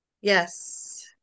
Yes